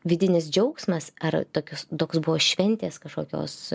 vidinis džiaugsmas ar tokios doks buvo šventės kažkokios